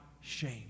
shame